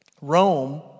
Rome